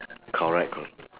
correct correct